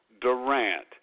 Durant